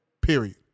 period